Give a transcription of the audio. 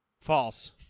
False